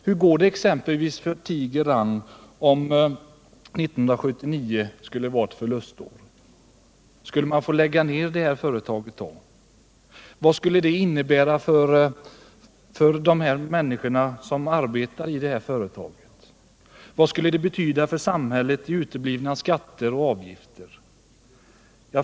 Hur går det för t.ex. Tiger-Rang om 1979 skulle bli ett förlustår? Skall man då lägga ned detta företag? Och vad skulle det innebära för de människor som arbetar i företaget? Vad skulle det betyda för samhället i uteblivna skatter och avgifter?